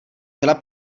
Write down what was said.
byla